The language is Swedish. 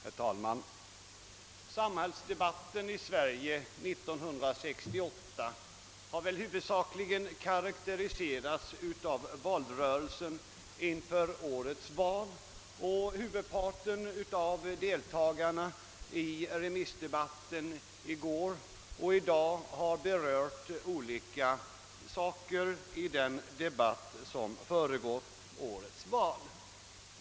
Herr talman! Samhällsdebatten i Sverige 1968 har huvudsakligen fått sin prägel av valrörelsen, och huvudparten av deltagarna i remissdebatten i går och i dag har berört olika företeelser som förekom i den debatt som föregick årets val.